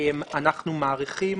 אנחנו מעריכים